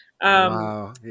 Wow